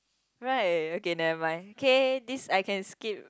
right okay never mind okay this I can skip